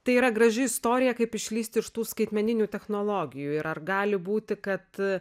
tai yra graži istorija kaip išlįst iš tų skaitmeninių technologijų ir ar gali būti kad